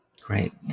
Great